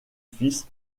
fils